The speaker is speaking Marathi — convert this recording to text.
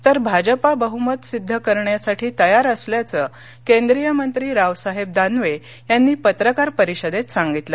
तर भाजपाबह्मत सिद्ध करण्यासाठी तयार असल्याचं केंद्रीय मंत्री रावसाहेब दानवे यांनीपत्रकार परिषदेत सांगितलं